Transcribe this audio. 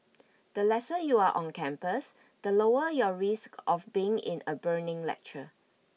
the lesser you are on campus the lower your risk of being in a burning lecture